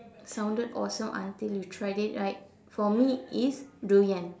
sounded awesome until you tried it right for me is durian